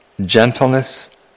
gentleness